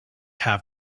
have